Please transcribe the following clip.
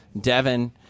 Devin